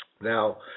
Now